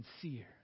sincere